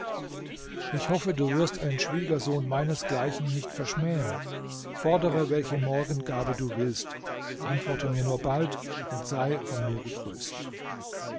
ich hoffe du wirst einen schwiegersohn meinesgleichen nicht verschmähen fordere welche morgengabe du willst antworte mir nur bald und sei von mir gegrüßt